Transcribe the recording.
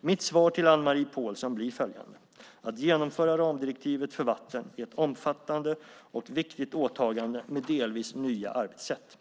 Mitt svar till Anne-Marie Pålsson blir följande: Att genomföra ramdirektivet för vatten är ett omfattande och viktigt åtagande med delvis nya arbetssätt.